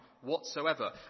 whatsoever